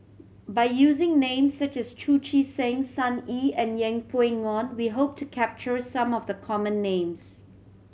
by using names such as Chu Chee Seng Sun Yee and Yeng Pway Ngon we hope to capture some of the common names